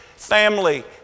family